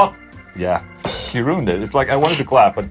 f yeah you ruined it. it's like, i wanted to clap, but.